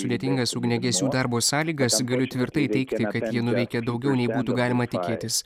sudėtingas ugniagesių darbo sąlygas galiu tvirtai teigti kad ji nuveikė daugiau nei būtų galima tikėtis